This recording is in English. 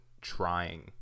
trying